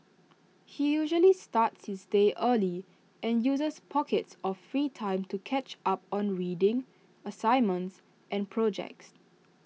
he usually starts his day early and uses pockets of free time to catch up on reading assignments and projects